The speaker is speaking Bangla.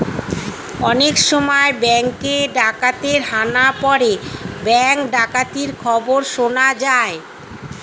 অনেক সময় ব্যাঙ্কে ডাকাতের হানা পড়ে ব্যাঙ্ক ডাকাতির খবর শোনা যায়